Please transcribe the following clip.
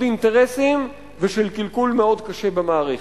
אינטרסים ושל קלקול מאוד קשה במערכת.